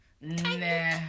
nah